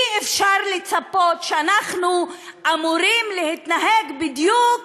אי-אפשר לצפות שאנחנו נתנהג בדיוק